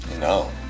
No